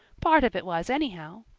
part of it was anyhow.